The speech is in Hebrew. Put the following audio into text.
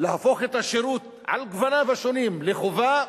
להפוך את השירות, על גווניו השונים, לחובה,